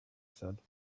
said